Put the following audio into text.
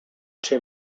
czy